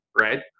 right